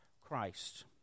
Christ